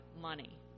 money